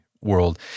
world